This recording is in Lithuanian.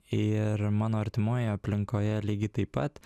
ir mano artimoje aplinkoje lygiai taip pat